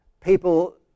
people